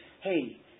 hey